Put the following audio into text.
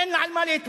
אין לה על מה להתבסס.